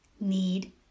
need